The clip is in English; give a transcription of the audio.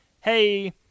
hey